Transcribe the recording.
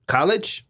College